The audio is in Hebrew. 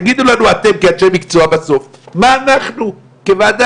תגידו לנו אתם כאנשי מקצוע בסוף מה אנחנו כוועדה,